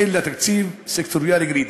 אין לה תקציב סקטוריאלי גרידא.